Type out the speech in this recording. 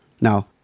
Now